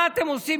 מה אתם עושים?